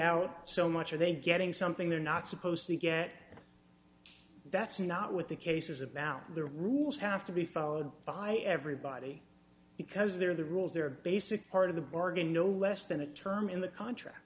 out so much are they getting something they're not supposed to get that's not what the case is about the rules have to be followed by everybody because they're the rules they're a basic part of the bargain no less than a term in the contract